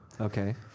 Okay